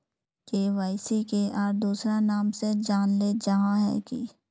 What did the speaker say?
KYC के आर दोसरा नाम से जानले जाहा है की?